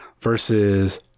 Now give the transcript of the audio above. versus